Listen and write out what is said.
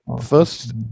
First